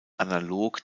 analog